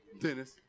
Dennis